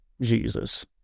Jesus